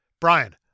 Brian